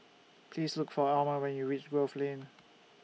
Please Look For Omer when YOU REACH Grove Lane